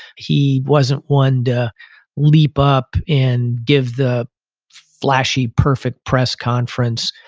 he wasn't one to leap up and give the flashy perfect press conference.